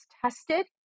tested